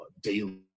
daily